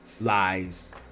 lies